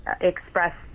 express